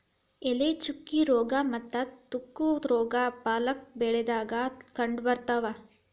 ಎಲೆ ಚುಕ್ಕಿ ರೋಗಾ ಮತ್ತ ತುಕ್ಕು ರೋಗಾ ಪಾಲಕ್ ಬೆಳಿದಾಗ ಕಂಡಬರ್ತಾವ